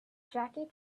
jackie